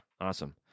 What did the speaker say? awesome